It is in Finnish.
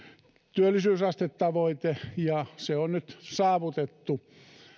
työllisyysastetavoite ja se on nyt saavutettu